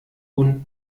und